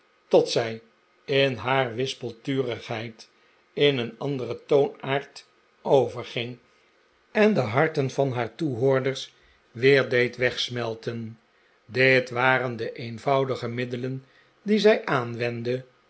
tot zij in haar wispelturigheid in een anderen toonaard overging en de harten van haar toehoorders weer deed wegsmelten dit waren de eenvoudige middelen die zij aanwendde